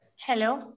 Hello